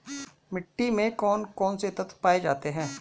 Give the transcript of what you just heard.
मिट्टी में कौन कौन से तत्व पाए जाते हैं?